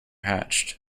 hatched